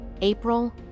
April